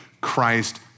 Christ